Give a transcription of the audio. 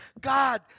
God